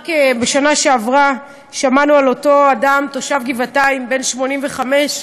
רק בשנה שעברה שמענו על אותו אדם תושב גבעתיים בן 85,